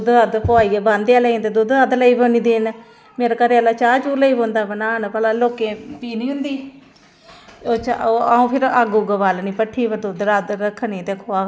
बगैर सूद दै होऐ ताकि अस उसी इस्तेमाल करचै अपनी खेती बाड़ी च आह्ल्ला किस्म दे बीऽ लैने च खाद सस्ता लैने च बुआही बी असें ई सस्ती पवै